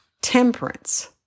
temperance